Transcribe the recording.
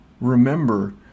remember